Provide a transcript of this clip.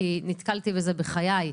כי נתקלתי בזה בחיי,